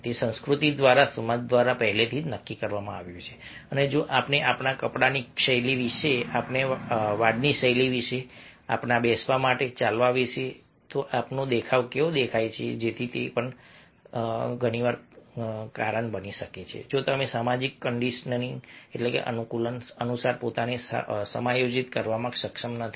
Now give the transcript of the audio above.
તે સંસ્કૃતિ દ્વારા સમાજ દ્વારા પહેલાથી જ નક્કી કરવામાં આવ્યું છે અને જો આપણે આપણા કપડાની શૈલી વિશે આપણા વાળની શૈલી વિશે આપણા બેસવા માટે ચાલવા વિશે તો આપણો દેખાવ કેવો દેખાય છે જેથી તે પણ કારણ બની શકે કે જો તમે સામાજિક કન્ડિશનિંગઅનુકૂલન અનુસાર પોતાને સમાયોજિત કરવામાં સક્ષમ નથી